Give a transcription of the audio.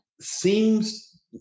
seems